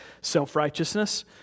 self-righteousness